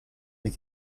les